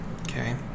Okay